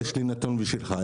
יש לי נתון בשבילך.